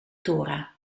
thora